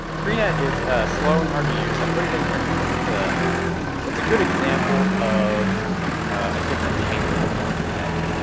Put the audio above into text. freenet is slow and hard to use. i put it in here because it's ah it's a good example of a different type of darknet.